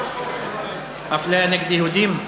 אפליה נגד יהודים?